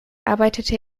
arbeitete